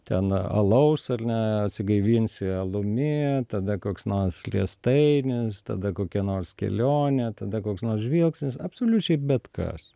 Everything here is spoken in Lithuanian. ten alaus ar ne atsigaivinsi alumi tada koks nors riestainis tada kokia nors kelionė tada koks nors žvilgsnis absoliučiai bet kas